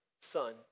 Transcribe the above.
son